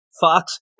fox